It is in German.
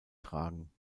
tragen